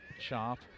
Sharp